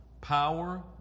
power